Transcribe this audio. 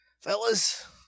Fellas